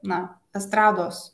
na estrados